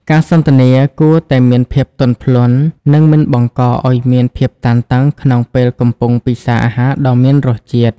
ការសន្ទនាគួរតែមានភាពទន់ភ្លន់ និងមិនបង្កឱ្យមានភាពតានតឹងក្នុងពេលកំពុងពិសារអាហារដ៏មានរសជាតិ។